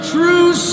true